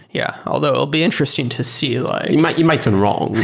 yeah although it'll be interesting to see like you might you might turn wrong.